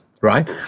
right